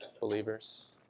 believers